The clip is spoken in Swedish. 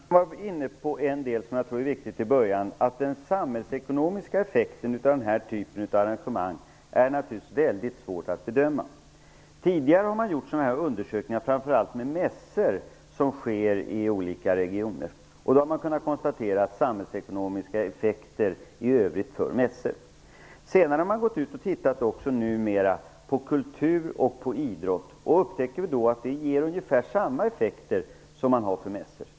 Fru talman! Sten Andersson var inne på någonting som jag tror är viktigt i början. Den samhällsekonomiska effekten av denna typ av arrangemang är naturligtvis väldigt svår att bedöma. Tidigare har man gjort undersökningar framför allt i samband med mässor som sker i olika regioner. Man har kunnat konstatera samhällsekonomiska effekter i övrigt för mässor. Senare har man gått ut och tittat också på kultur och idrottsevenemang och upptäckt att de ger ungefär samma effekter som mässor.